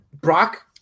Brock